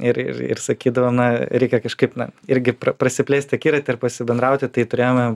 ir ir ir sakydavo na reikia kažkaip na irgi pra prasiplėsti akiratį ir pasibendrauti tai turėjome